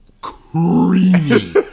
creamy